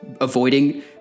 avoiding